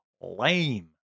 Lame